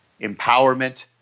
empowerment